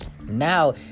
Now